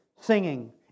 singing